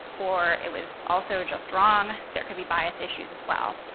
or it was also just wrong. there could be bias issues as well.